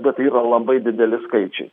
bet tai yra labai dideli skaičiai